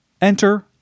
Enter